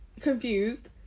confused